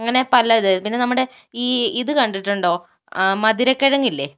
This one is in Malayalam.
അങ്ങനെ പല ഇത് പിന്നെ നമ്മുടെ ഈ ഇത് കണ്ടിട്ടുണ്ടോ മധുര കിഴങ്ങ് ഇല്ലേ